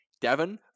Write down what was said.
Devon